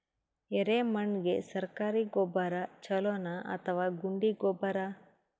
ಎರೆಮಣ್ ಗೆ ಸರ್ಕಾರಿ ಗೊಬ್ಬರ ಛೂಲೊ ನಾ ಅಥವಾ ಗುಂಡಿ ಗೊಬ್ಬರ?